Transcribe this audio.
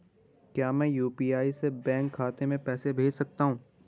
क्या मैं यु.पी.आई से बैंक खाते में पैसे भेज सकता हूँ?